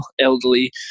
elderly